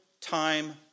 time